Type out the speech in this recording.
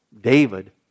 David